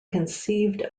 conceived